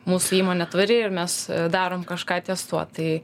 mūsų įmonė tvari ir mes darom kažką ties tuo tai